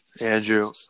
andrew